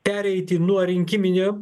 pereiti nuo rinkiminių